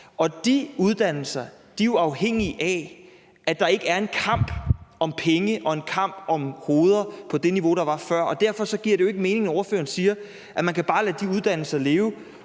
de uddannelser er jo afhængige af, at der ikke er en kamp om penge og en kamp om hoveder på det niveau, der var før. Derfor giver det ikke mening, når ordføreren siger, at man bare kan lade de uddannelser leve